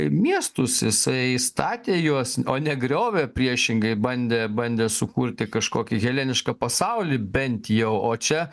miestus jisai statė juos o ne griovė priešingai bandė bandė sukurti kažkokį helenišką pasaulį bent jau o čia